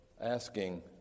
asking